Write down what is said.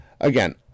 again